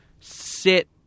sit